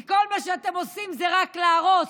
כי כל מה שאתם עושים זה רק להרוס.